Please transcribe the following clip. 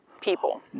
people